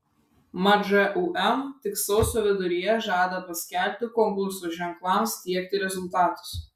mat žūm tik sausio viduryje žada paskelbti konkurso ženklams tiekti rezultatus